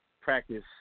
practice